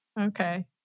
Okay